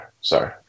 Sorry